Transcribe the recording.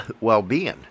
well-being